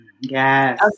Yes